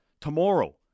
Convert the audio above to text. tomorrow